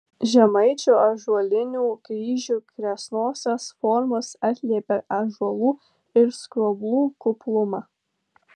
žemaičių ąžuolinių kryžių kresnosios formos atliepia ąžuolų ir skroblų kuplumą